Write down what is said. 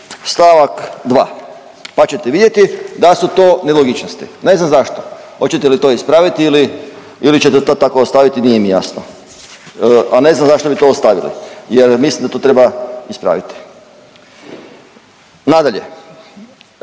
st. 2. pa ćete vidjeti da su to nelogičnosti, ne znam zašto. Hoćete li to ispraviti ili ćete to tako ostaviti nije mi jasno, a ne znam zašto bi to ostavili jer mislim da to treba ispraviti. Nadalje,